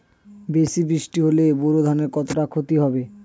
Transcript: বেশি বৃষ্টি হলে বোরো ধানের কতটা খতি হবে?